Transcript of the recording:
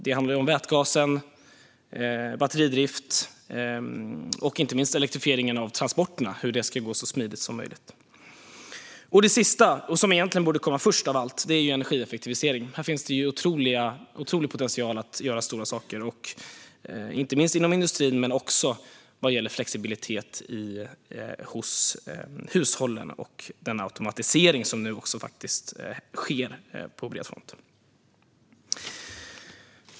Det handlar om vätgas, om batteridrift och, inte minst, om hur elektrifieringen av transporter ska gå så smidigt som möjligt. Det sista, som egentligen borde komma först av allt, är energieffektivisering. Här finns en otrolig potential att göra stora saker, inte minst inom industrin men också vad gäller flexibilitet hos hushållen och den automatisering som nu sker på bred front.